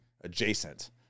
adjacent